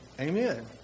amen